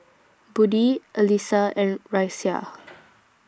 Budi Alyssa and Raisya